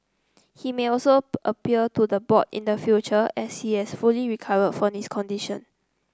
he may also appeal to the board in the future as he has fully recovered from this condition